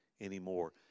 anymore